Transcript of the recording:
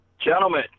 gentlemen